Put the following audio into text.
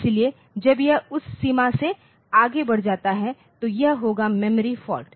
इसलिए जब यह उस सीमा से आगे बढ़ जाता है तो यह होगा मेमोरी फाल्ट